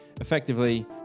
Effectively